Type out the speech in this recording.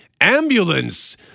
Ambulance